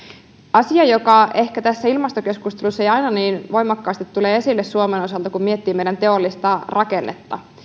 asia joka ehkä tässä ilmastokeskustelussa ei aina niin voimakkaasti tule esille suomen osalta kun miettii meidän teollista rakennetta